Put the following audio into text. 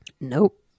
Nope